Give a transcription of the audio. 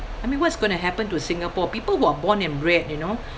I mean what is gonna happen to Singapore people who are born and bred you know